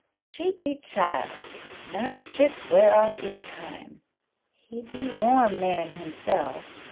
she be child naughty tricks wear off in time he be warm man himself.